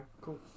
cool